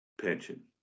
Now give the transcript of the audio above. pension